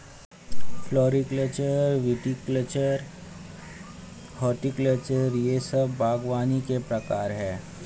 floriculture, viticulture, horticulture यह सब बागवानी के प्रकार है